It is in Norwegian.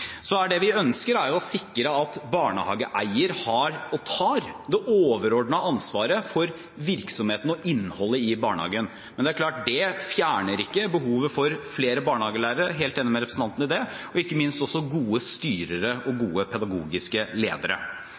Det vi ønsker, er å sikre at barnehageeier har – og tar – det overordnede ansvaret for virksomheten og innholdet i barnehagen. Men det er klart at det fjerner ikke behovet for flere barnehagelærere – jeg er helt enig med representanten i det – og ikke minst også gode styrere og gode pedagogiske ledere.